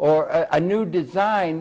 or a new design